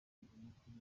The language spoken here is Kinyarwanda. w’itangazamakuru